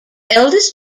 eldest